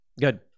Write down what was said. Good